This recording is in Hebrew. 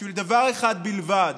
בשביל דבר אחד בלבד: